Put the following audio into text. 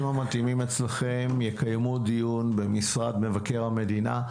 המתאימים אצלכם יקיימו דיון במשרד מבקר המדינה,